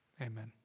Amen